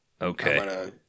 Okay